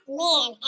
man